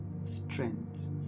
strength